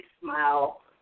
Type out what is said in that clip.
smile